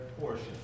portion